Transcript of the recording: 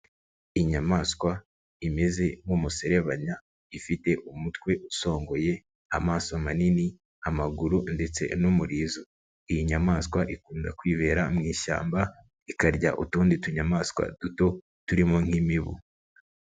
Inyamaswa imeze nk'umuserebanya ifite umutwe usongoye, amaso manini, amaguru ndetse n'umurizo, iyi nyamaswa ikunda kwibera mu ishyamba ikarya utundi tunyamaswa duto turimo nk'imibu.